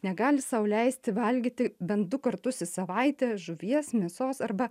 negali sau leisti valgyti bent du kartus į savaitę žuvies mėsos arba